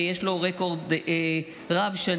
שיש לה רקורד רב-שנים,